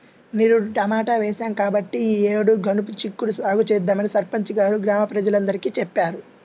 నిరుడు టమాటా వేశాం కాబట్టి ఈ యేడు గనుపు చిక్కుడు సాగు చేద్దామని సర్పంచి గారు గ్రామ ప్రజలందరికీ చెప్పారు